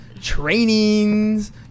trainings